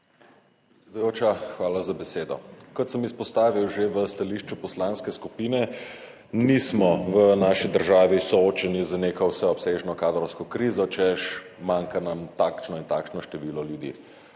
hvala za besedo. Kot sem izpostavil že v stališču poslanske skupine, nismo v naši državi soočeni z neko vseobsežno kadrovsko krizo, češ, manjka nam takšno in takšno število ljudi,